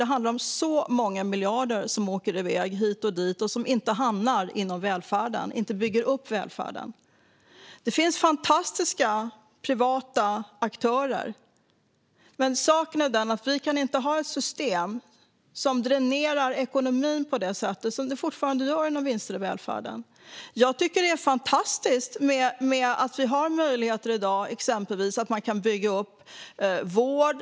Det handlar om så många miljarder som åker iväg hit och dit och som inte hamnar inom välfärden, inte bygger upp välfärden. Det finns fantastiska privata aktörer. Men saken är den att vi inte kan ha ett system som dränerar ekonomin på det sätt som systemet med vinster i välfärden fortfarande gör. Jag tycker att det är fantastiskt med dagens möjligheter att bygga upp vård.